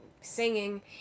singing